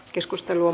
asia